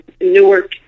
Newark